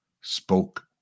spoke